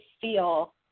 feel